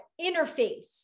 interface